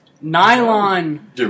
nylon